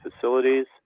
facilities